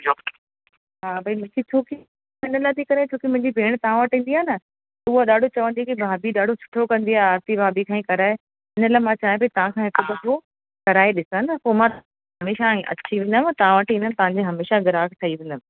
हा भई मूंखे छो की हिन लाइ थी करे छो की मुंहिंजी भेण तव्हां वटि ईंदी आहे न हूअ ॾाढो चवंदी की भाभी ॾाढो सुठो कंदी आहे आरती भाभी खां ई कराए इन लाइ मां चाहियां पई तव्हांखां हिक दफ़ो कराए ॾिसां न पोइ मां हमेशह अची वेंदमि तव्हां वटि ईंदमि तव्हांजी हमेशह ग्राहक ठई वेंदमि